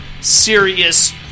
serious